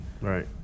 right